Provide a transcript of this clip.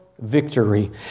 victory